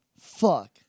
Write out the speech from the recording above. fuck